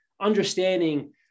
understanding